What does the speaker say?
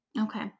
Okay